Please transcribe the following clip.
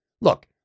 Look